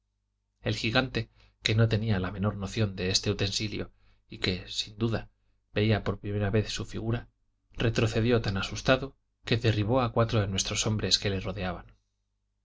el gigante que no tenía la menor noción de este utensilio y que sin duda veía por primera vez su fígfura retrocedió tan asustado que derribó a cuatro de nuestros hombres que le rodeaban